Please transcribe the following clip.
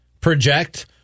project